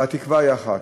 והתקווה היא אחת,